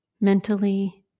mentally